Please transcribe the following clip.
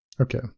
Okay